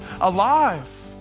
alive